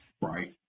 right